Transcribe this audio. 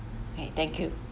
okay thank you